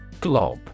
Glob